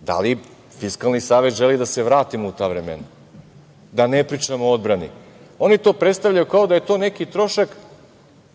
Da li Fiskalni savet želi da se vratimo u ta vremena? Oni to predstavljaju kao da je to neki trošak